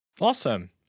awesome